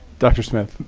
dr smith.